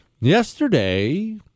yesterday